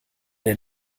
der